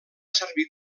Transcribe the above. servir